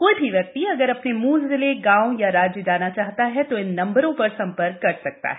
कोई भी व्यक्ति अगर अपने मूल जिले गांव या राज्य जाना चाहता है तो इन नंबरों पर संपर्क कर सकता है